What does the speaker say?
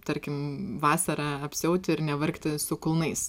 tarkim vasarą apsiauti ir nevargti su kulnais